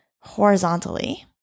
horizontally